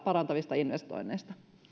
parantavista investoinneista